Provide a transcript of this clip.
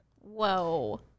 Whoa